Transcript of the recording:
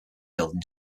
building